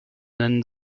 nennen